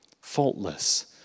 faultless